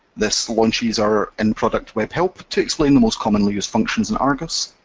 this launches our in-product webhelp to explain the most commonly-used functions in argos.